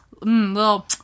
little